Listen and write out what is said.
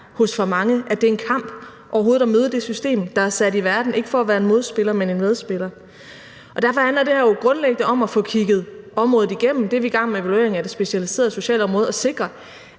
hos for mange, af, at det er en kamp overhovedet at møde det system, der er sat i verden, ikke for at være en modspiller, men en medspiller. Derfor handler det her jo grundlæggende om at få kigget området igennem. Det er vi i gang med at sikre med evalueringen af det specialiserede socialområde, altså